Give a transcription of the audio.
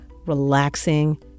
relaxing